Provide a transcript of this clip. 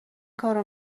کارو